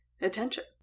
attention